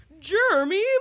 Jeremy